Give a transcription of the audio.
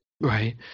right